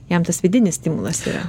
jam tas vidinis stimulas yra